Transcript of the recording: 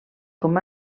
com